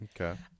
Okay